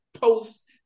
Post